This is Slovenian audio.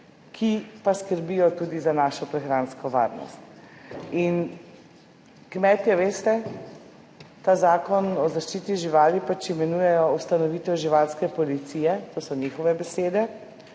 ki pa skrbijo tudi za našo prehransko varnost. In kmetje, veste, ta Zakon o zaščiti živali pač imenujejo ustanovitelj živalske policije - to so njihove besede.